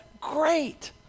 Great